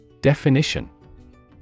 Definition